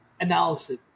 analysis